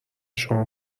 شما